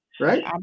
right